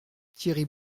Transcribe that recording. thierry